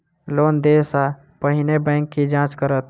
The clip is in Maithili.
लोन देय सा पहिने बैंक की जाँच करत?